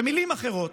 במילים אחרות,